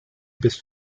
bis